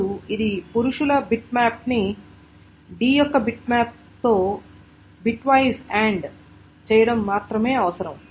ఇప్పుడు ఇది పురుషుల బిట్ మ్యాప్ని D యొక్క బిట్మ్యాప్తో బిట్వైస్ అండ్ చేయటం మాత్రమే అవసరం